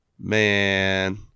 Man